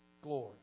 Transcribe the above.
glory